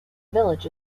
village